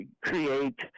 create